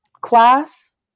class